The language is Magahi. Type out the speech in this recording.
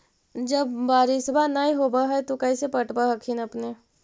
जब बारिसबा नय होब है तो कैसे पटब हखिन अपने?